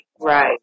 right